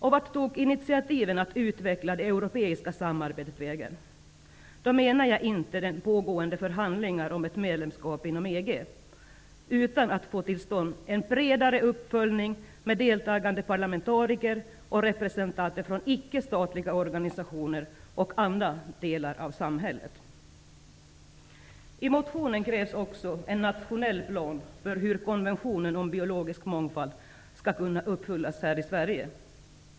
Och vart tog initiativen att utveckla det europeiska samarbetet vägen? Då menar jag inte de pågående förhandlingarna om ett medlemskap i EG, utan att få till stånd en bredare uppföljning med deltagande parlamentariker och representanter från ickestatliga organisationer och andra delar av samhället. I motionen krävs också en nationell plan för hur konventionen om biologisk mångfald skall kunna uppfyllas.